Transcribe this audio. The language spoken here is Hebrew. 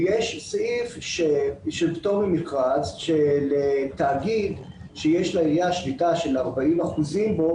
ויש סעיף של פטור ממכרז של תאגיד שיש לעירייה שליטה של 40% בו,